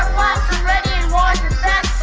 ready and watch your